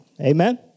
Amen